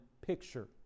picture